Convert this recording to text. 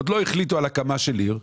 עוד לא החליטו על הקמה של עיר,